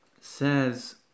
says